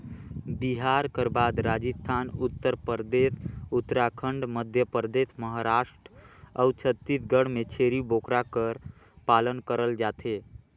बिहार कर बाद राजिस्थान, उत्तर परदेस, उत्तराखंड, मध्यपरदेस, महारास्ट अउ छत्तीसगढ़ में छेरी बोकरा कर पालन करल जाथे